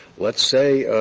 let's say